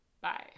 Bye